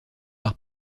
par